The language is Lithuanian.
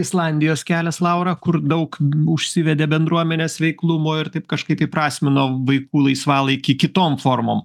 islandijos kelias laura kur daug užsivedė bendruomenės veiklumo ir taip kažkaip įprasmino vaikų laisvalaikį kitom formom